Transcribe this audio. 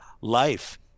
life